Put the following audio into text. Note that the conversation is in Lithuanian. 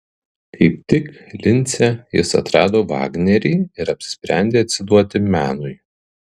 kaip tik lince jis atrado vagnerį ir apsisprendė atsiduoti menui